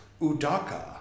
Udaka